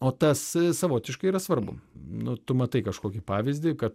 o tas savotiškai yra svarbu nu tu matai kažkokį pavyzdį kad